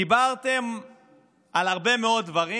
דיברתם על הרבה מאוד דברים,